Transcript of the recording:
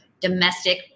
domestic